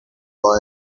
boy